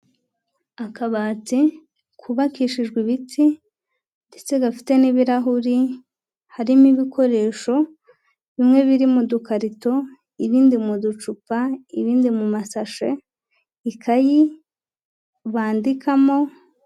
Akabati kubakishijwe ibitsi ndetse gafite n'ibirahuri harimo ibikoresho bimwe biri mu dukarito, ibindi mu ducupa, ibindi mu masashe, ikayi bandikamo.